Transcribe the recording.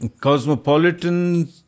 cosmopolitan